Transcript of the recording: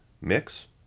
mix